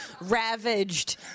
ravaged